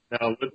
Now